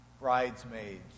bridesmaids